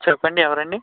చెప్పండి ఎవరు అండి